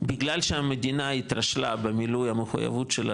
בגלל שהמדינה התרשלה במילוי המחויבות שלה